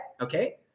okay